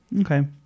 Okay